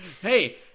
Hey